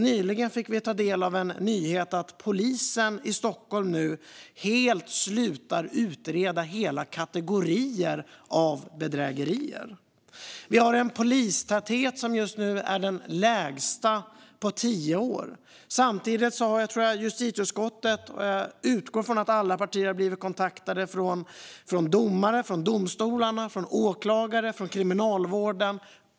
Nyligen fick vi ta del av en nyhet, att polisen i Stockholm nu helt slutar utreda hela kategorier av bedrägerier. Vi har en polistäthet som just nu är den lägsta på tio år. Jag utgår från att alla partier i justitieutskottet har blivit kontaktade av domare, domstolarna, åklagare och Kriminalvården.